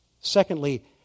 Secondly